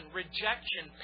rejection